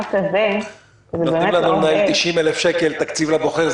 במעט הזה --- נותנים לנו לנהל 90,000 שקל תקציב לבוחר,